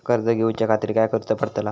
कर्ज घेऊच्या खातीर काय करुचा पडतला?